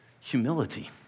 Humility